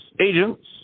agents